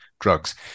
drugs